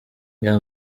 reba